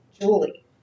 Julie